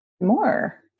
more